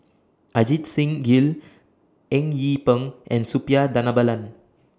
Ajit Singh Gill Eng Yee Peng and Suppiah Dhanabalan